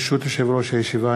ברשות יושב-ראש הישיבה,